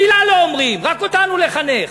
מילה לא אומרים, רק אותנו לחנך.